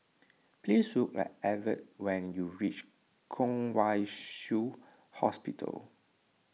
please look for Evertt when you reach Kwong Wai Shiu Hospital